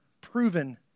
proven